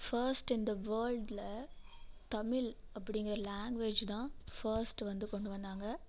first இந்த வேர்ல்ட்ல தமிழ் அப்படிங்கிற லாங்குவேஜ் தான் ஃபஸ்ட் வந்து கொண்டு வந்தாங்க